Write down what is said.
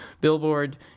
Billboard